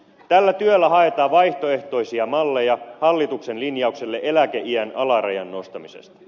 tällä työllä haetaan vaihtoehtoisia malleja hallituksen linjaukselle eläkeiän alarajan nostamisesta